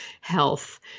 health